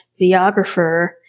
videographer